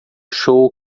show